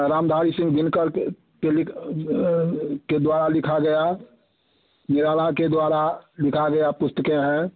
रामधारी सिंह दिनकर के के द्वारा लिखा गया निराला के द्वारा लिखा गया पुस्तकें हैं